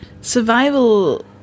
survival